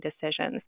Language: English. decisions